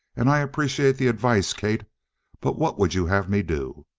and i appreciate the advice, kate but what would you have me do?